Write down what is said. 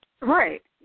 Right